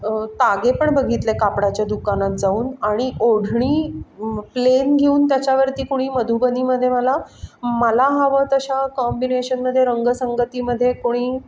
तागे पण बघितले कापडाच्या दुकानात जाऊन आणि ओढणी प्लेन घेऊन त्याच्यावरती कोणी मधुबनीमध्ये मला मला हवं तशा कॉम्बिनेशनमध्ये रंगसंगतीमध्ये कोणी